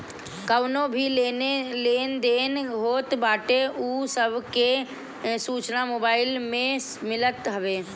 कवनो भी लेन देन होत बाटे उ सब के सूचना मोबाईल में मिलत हवे